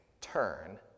turn